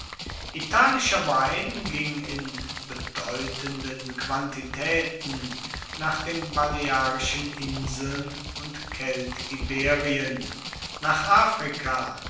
italischer wein ging in bedeutenden quantitäten nach den balearischen inseln und keltiberien nach africa